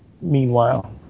meanwhile